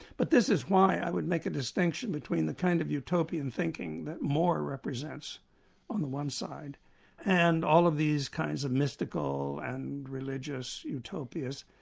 but this is why i would make a distinction between the kind of utopian thinking that more represents on the one side and all of these kinds of mystical and religious utopias.